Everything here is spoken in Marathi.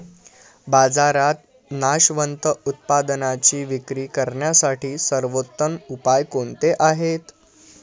बाजारात नाशवंत उत्पादनांची विक्री करण्यासाठी सर्वोत्तम उपाय कोणते आहेत?